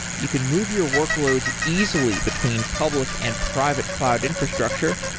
you can move your workloads easily between public and private cloud infrastructure,